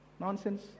Nonsense